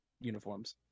uniforms